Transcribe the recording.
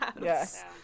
Yes